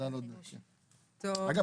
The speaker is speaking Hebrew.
אגב,